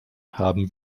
haben